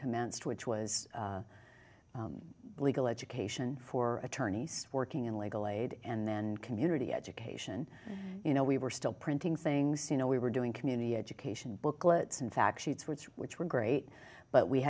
commenced which was legal education for attorneys working in legal aid and then community education you know we were still printing things you know we were doing community education booklets in fact sheets words which were great but we